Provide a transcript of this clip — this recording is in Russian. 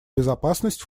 безопасность